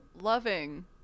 loving